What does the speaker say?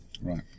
Right